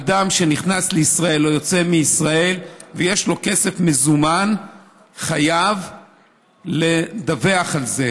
אדם שנכנס לישראל או יוצא מישראל ויש לו כסף מזומן חייב לדווח על זה.